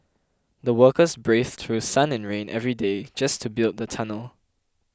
the workers braved through sun and rain every day just to build the tunnel